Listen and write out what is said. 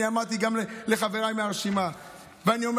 אני אמרתי גם לחבריי מהרשימה ואני אומר